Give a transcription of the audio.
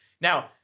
Now